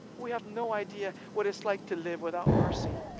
we have no idea what it's like to live without mercy,